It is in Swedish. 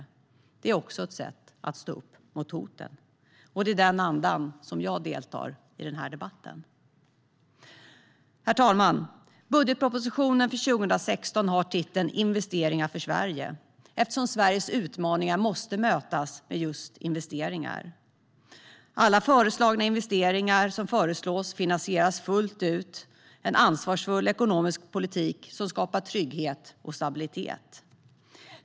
Också det är ett sätt att stå upp mot hoten. Det är i den andan som jag deltar i den här debatten. Herr talman! Budgetpropositionen för 2016 har titeln Investeringar för Sverige eftersom Sveriges utmaningar måste mötas med just investeringar. Alla investeringar som föreslås finansieras fullt ut. Det är en ansvarsfull ekonomisk politik som skapar trygghet och stabilitet.